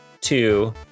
two